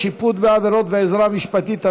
שיפוט בעבירות ועזרה משפטית),